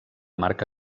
marca